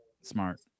smart